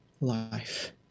life